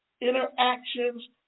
interactions